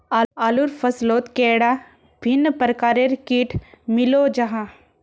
आलूर फसलोत कैडा भिन्न प्रकारेर किट मिलोहो जाहा?